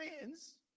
friends